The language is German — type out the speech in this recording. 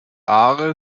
aare